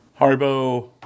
haribo